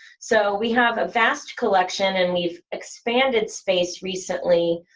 so we have a vast collection, and we've expanded space recently,